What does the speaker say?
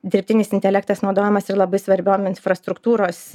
dirbtinis intelektas naudojamas ir labai svarbiom infrastruktūros